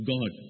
God